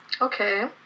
Okay